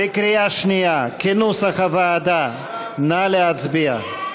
כנוסח הוועדה, בקריאה שנייה, נא להצביע.